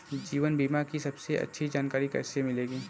जीवन बीमा की सबसे अच्छी जानकारी कैसे मिलेगी?